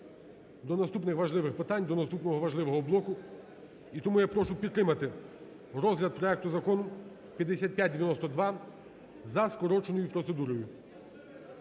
до наступних важливих питань, до наступного важливого блоку. І тому я прошу підтримати розгляд проекту закону 5592 за скороченою процедурою.